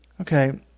Okay